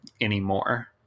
anymore